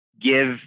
give